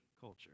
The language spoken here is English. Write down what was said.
culture